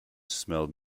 smelled